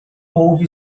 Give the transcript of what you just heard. houve